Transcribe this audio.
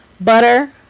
butter